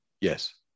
Yes